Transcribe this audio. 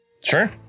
Sure